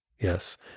Yes